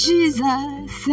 Jesus